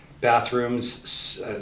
bathrooms